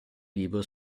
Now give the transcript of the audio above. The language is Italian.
libro